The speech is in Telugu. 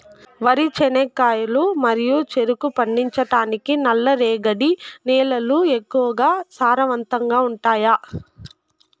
వరి, చెనక్కాయలు మరియు చెరుకు పండించటానికి నల్లరేగడి నేలలు ఎక్కువగా సారవంతంగా ఉంటాయా?